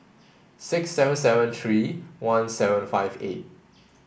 six seven seven three one seven five eight